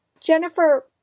Jennifer